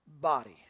body